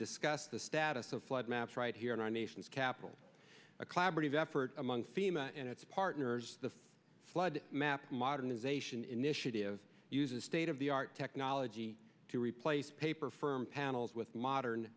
discuss the status of flood maps right here in our nation's capital a collaborative effort among fema and its partners the flood map modernization initiative uses state of the art technology to replace paper firm panels with modern